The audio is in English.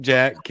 Jack